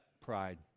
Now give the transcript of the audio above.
Pride